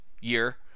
year